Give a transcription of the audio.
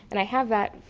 and i have that,